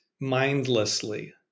mindlessly